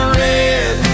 red